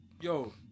Yo